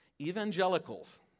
Evangelicals